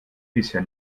bisher